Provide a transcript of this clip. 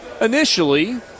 initially